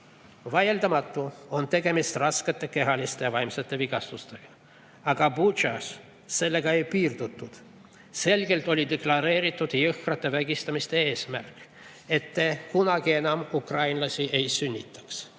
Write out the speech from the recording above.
on tegemist raskete kehaliste ja vaimsete vigastustega. Aga Butšas sellega ei piirdutud. Selgelt oli deklareeritud jõhkrate vägistamiste eesmärk: et kunagi enam ukrainlasi ei sünnitataks.